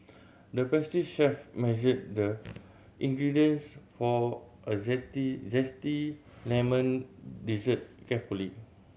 the pastry chef measured the ingredients for a zesty lemon dessert carefully